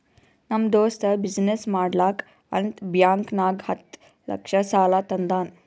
ನಮ್ ದೋಸ್ತ ಬಿಸಿನ್ನೆಸ್ ಮಾಡ್ಲಕ್ ಅಂತ್ ಬ್ಯಾಂಕ್ ನಾಗ್ ಹತ್ತ್ ಲಕ್ಷ ಸಾಲಾ ತಂದಾನ್